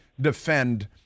defend